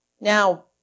Now